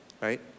Right